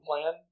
plan